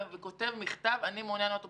וכותב מכתב: אני מעוניין להיות אפוטרופוס.